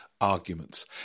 Arguments